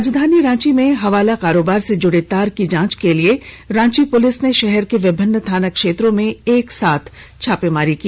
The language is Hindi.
राजधानी रांची में हवाला कारोबार से जुड़े तार की जांच के लिए रांची पुलिस ने शहर के विभिन्न थाना क्षेत्रों में एक साथ छापामारी की